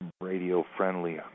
radio-friendly